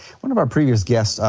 one of our previous guests,